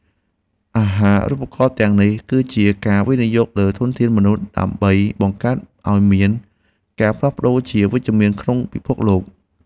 អាហារូបករណ៍ទាំងនេះគឺជាការវិនិយោគលើធនធានមនុស្សដើម្បីបង្កើតឱ្យមានការផ្លាស់ប្តូរជាវិជ្ជមានក្នុងពិភពលោក។